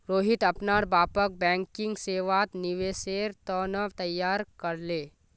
रोहित अपनार बापक बैंकिंग सेवात निवेशेर त न तैयार कर ले